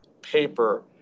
paper